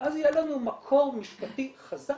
אז יהיה לנו מקור משפטי חזק